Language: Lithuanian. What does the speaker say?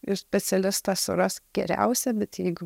ir specialistą surask geriausią bet jeigu